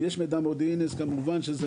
אם יש מידע מודיעיני אז כמובן שזה